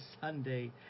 Sunday